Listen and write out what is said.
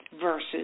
versus